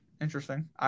interesting